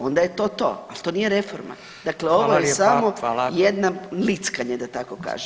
Onda je to to, ali to nije reforma [[Upadica Radin: Hvala lijepa.]] Dakle, ovo je samo jedno lickanje da tako kažem.